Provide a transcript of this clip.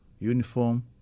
uniform